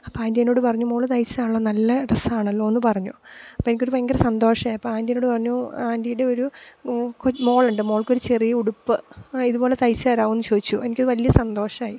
അപ്പോൾ ആൻ്റി എന്നോട് പറഞ്ഞു മകൾ തയ്ച്ചതാണല്ലോ നല്ല ഡ്രസ്സാണല്ലോയെന്ന് പറഞ്ഞു അപ്പോൾ എനിക്കൊരു ഭയങ്കര സന്തോഷമായി അപ്പോൾ ആൻ്റി എന്നോട് പറഞ്ഞു ആൻ്റിയുടെ ഒരു മകൾക്ക് മകളുണ്ട് മകൾക്കൊരു ചെറിയ ഉടുപ്പ് ഇതുപോലെ തയ്ച്ചു തരാമോയെന്ന് ചോദിച്ചു എനിക്കത് വലിയ സന്തോഷമായി